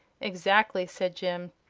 exactly, said jim.